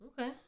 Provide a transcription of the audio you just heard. Okay